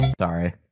Sorry